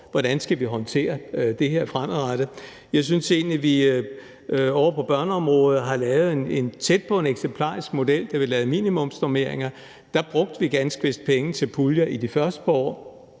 hvordan vi skal håndtere det her fremadrettet. Jeg synes egentlig, at vi ovre på børneområdet har lavet tæt på en eksemplarisk model, da vi lavede minimumsnormeringer. Der brugte vi ganske vist penge til puljer i de første par år,